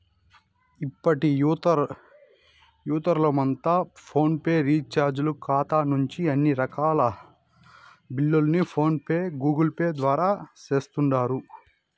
ఇప్పటి యువతరమంతా ఫోను రీచార్జీల కాతా నుంచి అన్ని రకాల బిల్లుల్ని ఫోన్ పే, గూగుల్పేల ద్వారా సేస్తుండారు